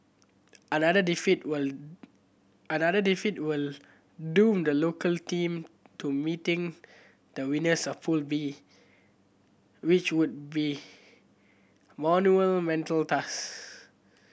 another defeat will another defeat will doom the local team to meeting the winners of Pool B which would be monumental